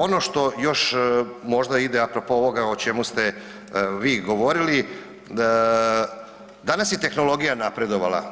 Ono što još možda ide a propos ovoga o čemu ste vi govorili, danas je tehnologija napredovala